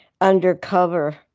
undercover